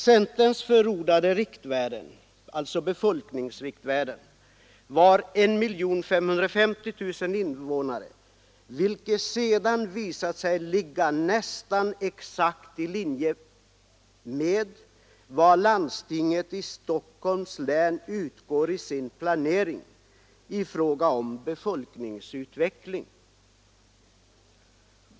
Det av centern förordade befolkningsriktvärdet var 1550 000 invånare, vilket sedan visat sig ligga nästan exakt i linje med vad landstinget i Stockholms län utgår från i sin planering när det gäller befolkningsutvecklingen.